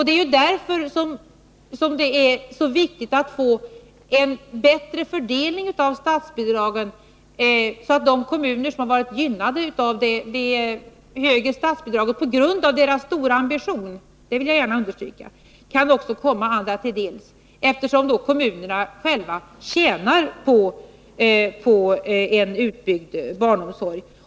Det är därför som det är så viktigt att få en bättre fördelning av statsbidragen, så att de kan komma också andra kommuner till del än de som har varit gynnade av de högre statsbidragen — på grund av sin stora ambition, det vill jag gärna understryka. Kommunerna själva tjänar ju på en bättre utbyggd barnomsorg.